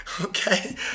Okay